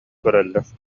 көрөллөр